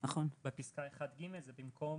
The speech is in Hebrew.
בפסקה (1)(ג) זה במקום